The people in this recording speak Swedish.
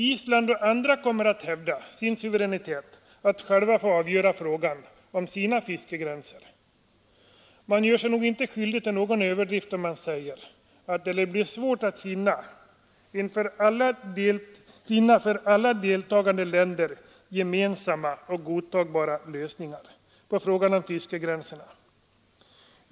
Island och andra länder kommer att hävda sin suveränitet att själva få avgöra frågan om sina fiskegränser. Man gör sig nog inte skyldig till någon överdrift om man säger att det blir svårt att finna en för alla deltagande länder gemensam och godtagbar lösning av frågan om fiskegränserna.